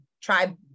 try